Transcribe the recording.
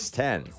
ten